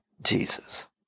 Jesus